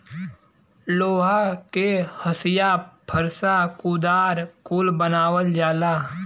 लोहा के हंसिआ फर्सा कुदार कुल बनावल जाला